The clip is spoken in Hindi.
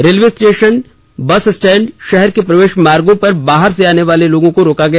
रेलवे स्टेशन बस स्टैंड शहर के प्रवेश मार्गों पर बाहर से आने वालों को रोका गया